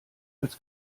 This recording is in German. als